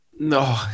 No